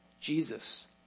Jesus